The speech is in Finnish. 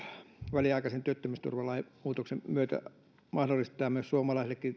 väliaikaisen työttömyysturvalain muutoksen myötä mahdollistavat myös suomalaisille